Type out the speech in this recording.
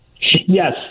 Yes